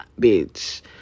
Bitch